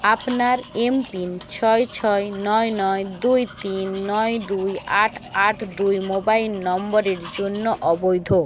আপনার এমপিন ছয় ছয় নয় নয় দুই তিন নয় দুই আট আট দুই মোবাইল নম্বরের জন্য অবৈধ